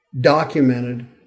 documented